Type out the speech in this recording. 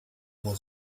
was